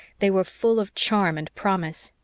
they were full of charm and promise.